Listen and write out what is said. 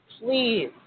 please